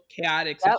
chaotic